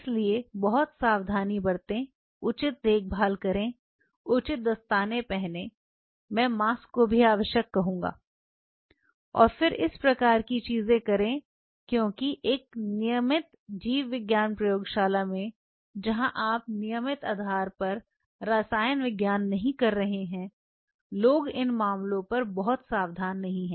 इसलिए बहुत सावधानी बरतें उचित देखभाल करें उचित दस्ताने मैं मास्क को आवश्यक कहूंगा और फिर इस प्रकार की चीजें करें क्योंकि एक नियमित जीव विज्ञान प्रयोगशाला में जहां आप नियमित आधार पर रसायन विज्ञान नहीं कर रहे हैं लोग इन मामलों पर बहुत सावधान नहीं हैं